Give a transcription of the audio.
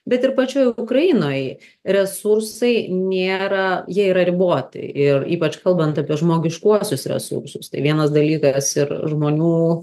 bet ir pačioj ukrainoj resursai nėra jie yra riboti ir ypač kalbant apie žmogiškuosius resursus tai vienas dalykas ir žmonių